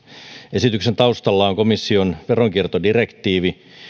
esityksen taustalla on komission veronkiertodirektiivi